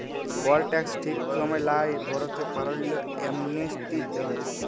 call tax ঠিক সময় লায় ভরতে পারল্যে, অ্যামনেস্টি দিতে হ্যয়